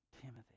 Timothy